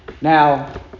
Now